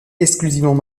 exclusivement